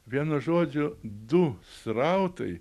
vienu žodžiu du srautai